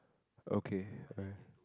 okay uh